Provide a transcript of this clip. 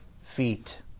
feet